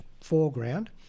foreground